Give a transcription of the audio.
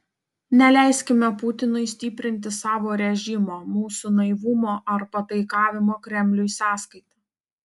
neleiskime putinui stiprinti savo režimo mūsų naivumo ar pataikavimo kremliui sąskaita